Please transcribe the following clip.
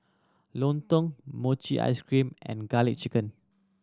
lontong mochi ice cream and Garlic Chicken